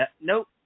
nope